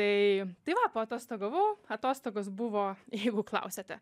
tai tai va paatostogavau atostogos buvo jeigu klausiate